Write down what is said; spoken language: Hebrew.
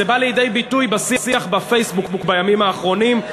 זה בא לידי ביטוי בשיח בפייסבוק בימים האחרונים,